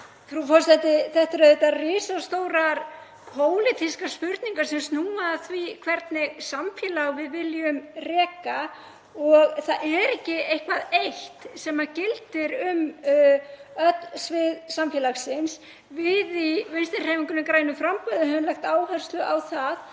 Þetta eru risastórar pólitískar spurningar sem snúa að því hvernig samfélag við viljum reka og það er ekki eitthvað eitt sem gildir um öll svið samfélagsins. Við í Vinstrihreyfingunni – grænu framboði höfum lagt áherslu á að